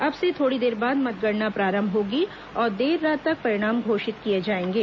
अब से थोड़ी देर बाद मतगणना प्रारंभ होगी और देर रात तक परिणाम घोषित किए जाएंगे